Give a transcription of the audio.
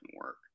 work